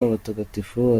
abatagatifu